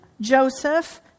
Joseph